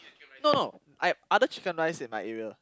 no no I have other chicken-rice in my area